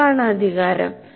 ആർക്കാണ് അധികാരം